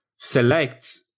select